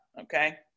Okay